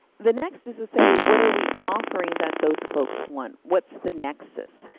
the next is to say what are we offering that those folks want? what's the nexus?